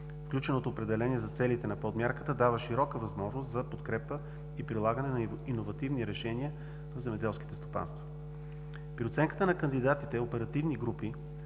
Включеното определение за целите на подмярката дава широка възможност за подкрепа и прилагане на иновативни решения в земеделските стопанства. При оценката на кандидатите, оперативни групи,